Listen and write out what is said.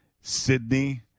Sydney